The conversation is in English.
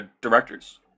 directors